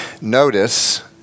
Notice